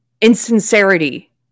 Insincerity